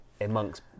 amongst